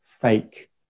fake